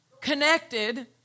connected